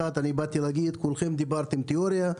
כולכם דיברתם על תאוריה,